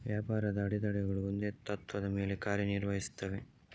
ವ್ಯಾಪಾರದ ಅಡೆತಡೆಗಳು ಒಂದೇ ತತ್ತ್ವದ ಮೇಲೆ ಕಾರ್ಯ ನಿರ್ವಹಿಸುತ್ತವೆ